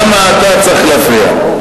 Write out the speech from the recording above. למה אתה צריך להפריע?